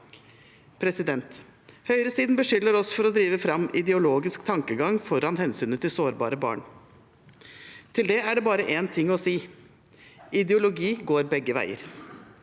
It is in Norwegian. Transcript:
Høyresiden beskylder oss for å drive fram ideologisk tankegang, foran hensynet til sårbare barn. Til det er det bare én ting å si: Ideologi går begge veier.